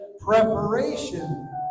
preparation